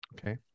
Okay